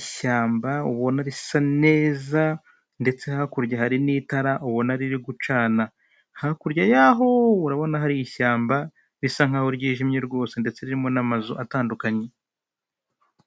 ishyamba ubona risa neza ndetse hakurya hari n'itara ubona riri gucana. Hakurya yaho urabona hari ishyamba bisa nk'aho ryijimye rwose ndetse ririmo n'amazu atandukanye.